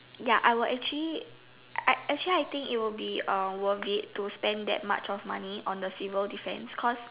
ya I will actually I actually I think it will be uh worth it to spend that much of money on the civil defend cost